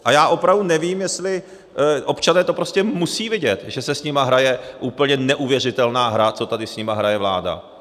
A já opravdu nevím, jestli občané to prostě musí vědět, že se s nimi hraje úplně neuvěřitelná hra, co tady s nimi hraje vláda.